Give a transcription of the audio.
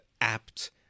apt